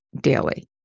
daily